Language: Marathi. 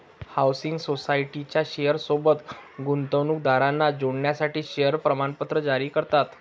हाउसिंग सोसायटीच्या शेयर सोबत गुंतवणूकदारांना जोडण्यासाठी शेअर प्रमाणपत्र जारी करतात